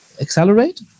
accelerate